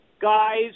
guys